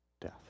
Death